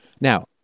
Now